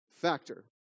Factor